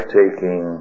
taking